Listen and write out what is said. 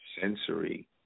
sensory